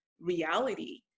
reality